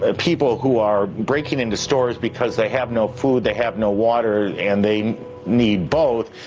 ah people who are breaking into stores because they have no food, they have no water, and they need both,